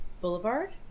Boulevard